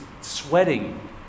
sweating